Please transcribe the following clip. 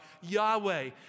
Yahweh